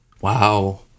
Wow